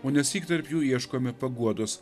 o nesyk tarp jų ieškome paguodos